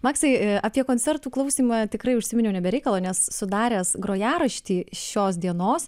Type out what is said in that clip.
maksai apie koncertų klausymą tikrai užsiminiau ne be reikalo nes sudaręs grojaraštį šios dienos